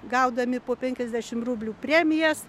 gaudami po penkiasdešim rublių premijas